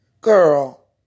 Girl